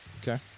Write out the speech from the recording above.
Okay